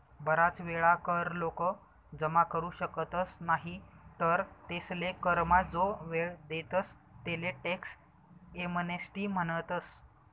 बराच वेळा कर लोक जमा करू शकतस नाही तर तेसले करमा जो वेळ देतस तेले टॅक्स एमनेस्टी म्हणतस